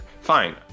Fine